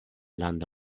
landa